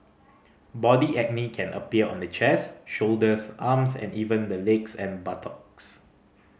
body acne can appear on the chest shoulders arms and even the legs and buttocks